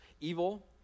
evil